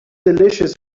delicious